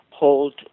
hold